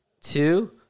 two